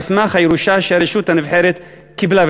על סמך הירושה שהרשות הנבחרת קיבלה,